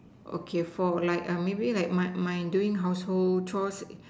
okay for like uh maybe like my mine doing household chores